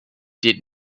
did